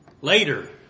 Later